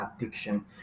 addiction